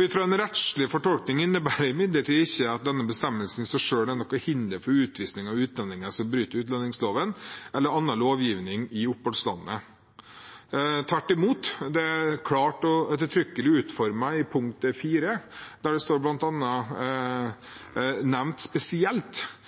Ut fra en rettslig fortolkning innebærer det imidlertid ikke at denne bestemmelsen i seg selv er noe hinder for utvisning av utlendinger som bryter utlendingsloven eller annen lovgivning i oppholdslandet. Tvert imot – det er klart og ettertrykkelig utformet i punkt fire, der det bl.a. står nevnt spesielt